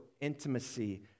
intimacy